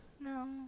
No